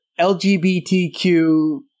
LGBTQ